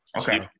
Okay